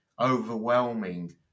overwhelming